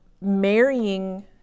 marrying